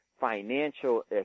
financial